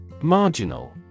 Marginal